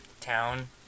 town